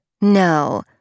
no